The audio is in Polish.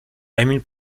emil